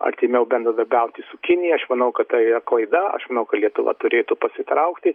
artimiau bendradarbiauti su kinija aš manau kad tai yra klaida aš manau kad lietuva turėtų pasitraukti